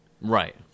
Right